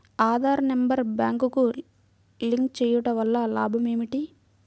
Aadhaar number బ్యాంక్నకు link చేయుటవల్ల లాభం ఏమిటి?